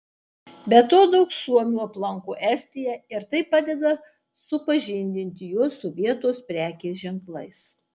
be to daug suomių aplanko estiją ir tai padeda supažindinti juos su vietos prekės ženklais